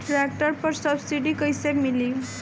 Tractor पर subsidy कैसे मिली?